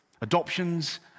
Adoptions